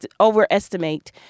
Overestimate